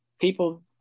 people